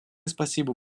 спасибо